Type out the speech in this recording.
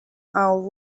our